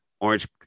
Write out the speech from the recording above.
Orange